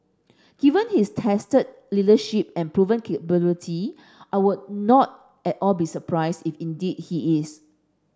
given his tested leadership and proven capability I would not at all be surprised if indeed he is